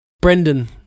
Brendan